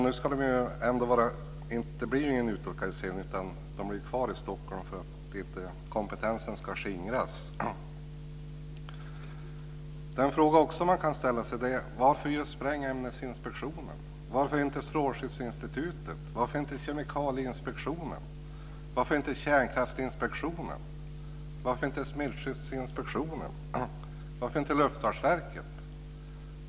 Nu blir det inte någon utlokalisering, utan det blir kvar i Stockholm för att inte kompetensen ska skingras. Den fråga man kan ställa sig är: Varför just Sprängämnesinspektionen? Varför inte Strålskyddsinstitutet? Varför inte Kemikalieinspektionen? Varför inte Kärnkraftsinspektionen? Varför inte Smittskyddsinspektionen? Varför inte Luftfartsverket?